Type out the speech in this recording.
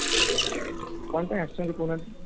ଆଜ୍ଞା ଆଜ୍ଞା କ'ଣ ପାଇଁ ଆସିଛନ୍ତି କହୁନାହାନ୍ତି